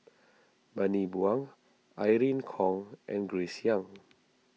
Bani Buang Irene Khong and Grace Young